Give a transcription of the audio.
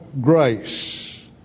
grace